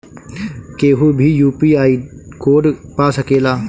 केहू भी UPI code पा सकेला?